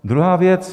Druhá věc.